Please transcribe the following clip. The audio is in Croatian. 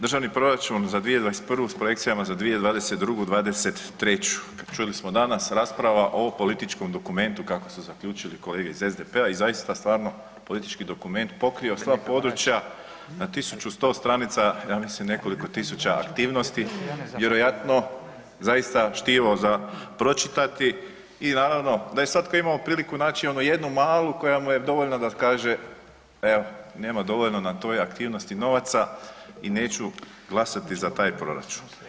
Državni proračun za 2021. s projekcijama za 2022., '23., čuli smo danas rasprava o političkom dokumentu kako su zaključili kolege iz SDP-a i zaista stvarno politički dokument pokrio sva područja na 1.100 stranica ja mislim nekoliko tisuća aktivnosti, vjerojatno zaista štivo za pročitati i naravno da je svatko imamo priliku naći onu jednu malu koja mu je dovoljna da kaže, evo nema dovoljno na toj aktivnosti novaca i neću glasati za taj proračun.